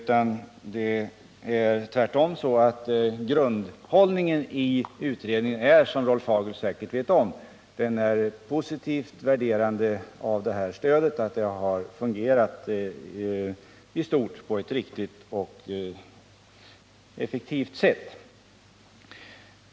Som också Rolf Hagel känner till innehåller utredningen tvärtom i grunden en positiv värdering av detta stöd i så måtto att det i stort har fungerat på ett riktigt och effektivt sätt.